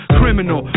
criminal